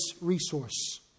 resource